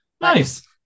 Nice